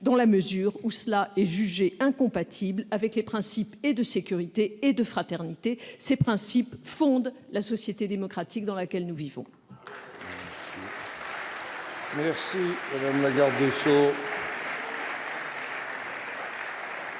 dans la mesure où cela est jugé incompatible avec les principes de sécurité et de fraternité qui fondent la société démocratique dans laquelle nous vivons. La parole est